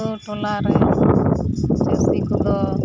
ᱟᱛᱳ ᱴᱚᱞᱟᱨᱮ ᱪᱟᱹᱥᱤ ᱠᱚᱫᱚ